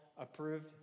approved